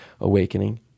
Awakening